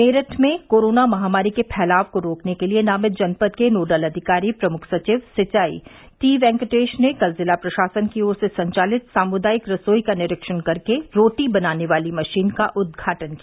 मेरठ में कोरोना महामारी के फैलाव को रोकने के लिए नामित जनपद के नोडल अधिकारी प्रमुख सचिव सिंचाई टी वेंकटेश ने कल जिला प्रशासन की ओर से संचालित सामुदायिक रसोई का निरीक्षण कर के रोटी बनाने वाली मशीन का उदघाटन किया